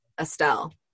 Estelle